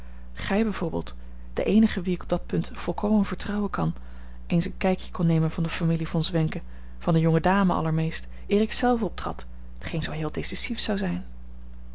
gij bij voorbeeld de eenige wien ik op dat punt volkomen vertrouwen kan eens een kijkje kon nemen van de familie von zwenken van de jonge dame allermeest eer ik zelf optrad t geen zoo heel decisief zou zijn